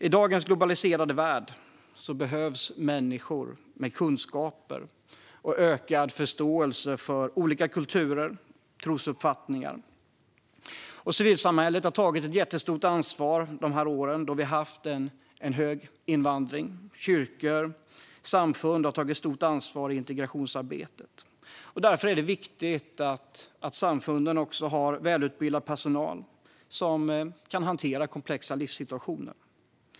I dagens globaliserade värld behövs människor med kunskaper om och ökad förståelse för olika kulturer och trosuppfattningar. Civilsamhället har tagit ett stort ansvar under de år vi har haft en stor invandring, och kyrkor och samfund har tagit ett stort ansvar i integrationsarbetet. Därför är det viktigt att samfunden har välutbildad personal som kan hantera komplexa livssituationer.